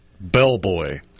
bellboy